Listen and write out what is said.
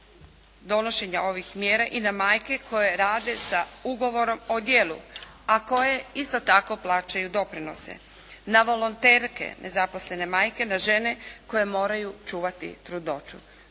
donošenja ovih mjera i na majke koje rade sa ugovorom o djelu a koje isto tako plaćaju doprinose. Na volonterke, nezaposlene majke, na žene koje moraju čuvati trudnoću.